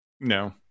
No